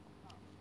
啊:ah